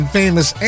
famous